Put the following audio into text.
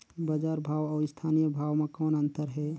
बजार भाव अउ स्थानीय भाव म कौन अन्तर हे?